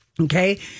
Okay